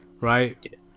right